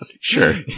Sure